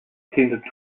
attended